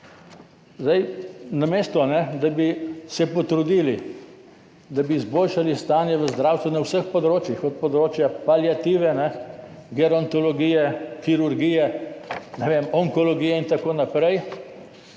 naprej, namesto, da bi se potrudili, da bi izboljšali stanje v zdravstvu na vseh področjih, od področja paliative, gerontologije, kirurgije, onkologije in tako naprej,